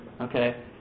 okay